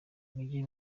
mujye